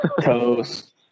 toast